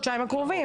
חודשיים הקרובים?